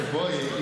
בואי,